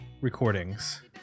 recordings